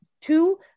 two